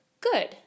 good